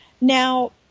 Now